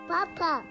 Papa